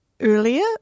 earlier